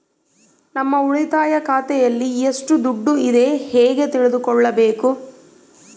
ನಮ್ಮ ಉಳಿತಾಯ ಖಾತೆಯಲ್ಲಿ ಎಷ್ಟು ದುಡ್ಡು ಇದೆ ಹೇಗೆ ತಿಳಿದುಕೊಳ್ಳಬೇಕು?